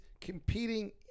competing